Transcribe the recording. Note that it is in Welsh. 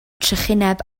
trychineb